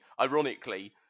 ironically